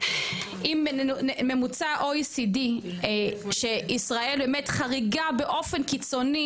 אם ממוצע ה- OECD כשישראל באמת חריגה באופן קיצוני